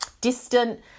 distant